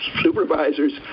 supervisors